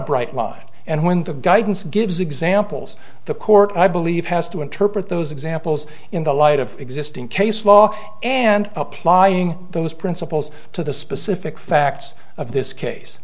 bright line and when the guidance gives examples the court i believe has to interpret those examples in the light of existing case law and applying those principles to the specific facts of